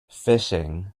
phishing